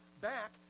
back